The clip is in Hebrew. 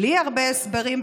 בלי הרבה הסברים,